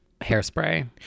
Hairspray